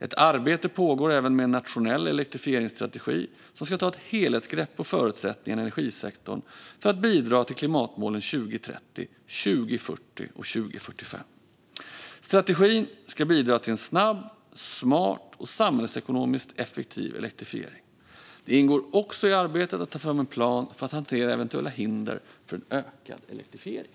Ett arbete pågår även med en nationell elektrifieringsstrategi som ska ta ett helhetsgrepp om förutsättningarna i energisektorn för att bidra till klimatmålen 2030, 2040 och 2045. Strategin ska bidra till en snabb, smart och samhällsekonomiskt effektiv elektrifiering. Det ingår också i arbetet att ta fram en plan för att hantera eventuella hinder för en ökad elektrifiering.